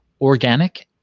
organic